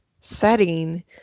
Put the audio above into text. setting